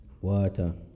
water